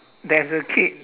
there's a kid